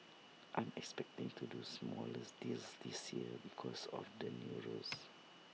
I'm expecting to do smaller deals this year because of the new rules